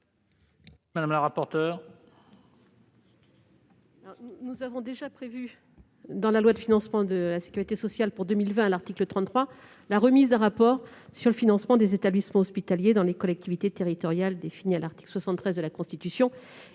de la commission ? Nous avons déjà prévu, à l'article 33 de la loi de financement de la sécurité sociale pour 2020, la remise d'un rapport sur le financement des établissements hospitaliers dans les collectivités territoriales définies à l'article 73 de la Constitution